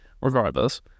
regardless